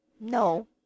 No